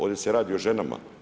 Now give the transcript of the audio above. Ovdje se radi o ženama.